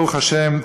ברוך השם,